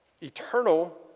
eternal